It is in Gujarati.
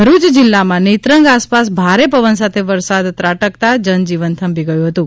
ભરૂચ જિલ્લામાં નેત્રંગ આસપાસ ભારે પવન સાથે વરસાદ ત્રાટકતા જનજીવન થંભી ગયું હતું